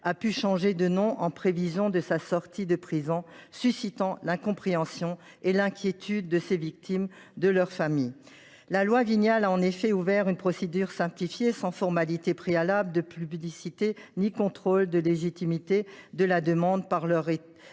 a pu changer de nom en prévision de sa sortie de prison, ce qui a suscité l’incompréhension et l’inquiétude des victimes et de leurs familles. La loi Vignal a en effet ouvert une procédure simplifiée, sans formalité préalable de publicité ni contrôle de légitimité de la demande par l’état